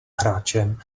hráčem